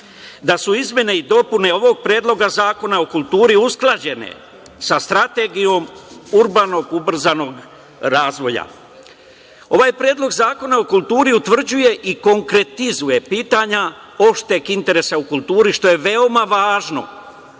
da su izmene i dopune ovog predloga zakona o kulturi usklađene sa strategijom urbanog, ubrzanog razvoja. Ovaj predlog zakona o kulturi utvrđuje i konkretizuje pitanja opšteg interesa u kulturi, što je veoma važno,